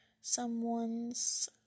Someone's